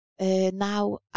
now